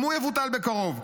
גם הוא יבוטל בקרוב.